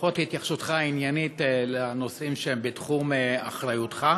ברכות על התייחסותך העניינית לנושאים שהם בתחום אחריותך.